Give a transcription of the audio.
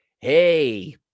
Hey